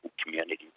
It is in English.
community